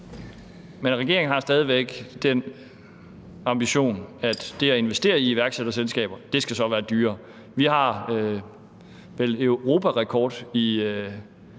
Men regeringen har stadig væk den ambition, at det at investere i iværksætterselskaber så skal være dyrere. Vi har vel europarekord i